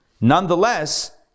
Nonetheless